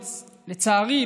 לצערי,